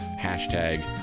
hashtag